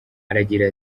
aragira